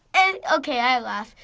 and okay, i laughed.